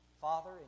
Father